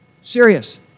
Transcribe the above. serious